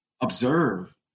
observe